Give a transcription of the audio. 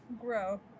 grow